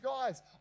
guys